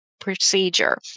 procedure